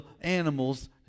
animals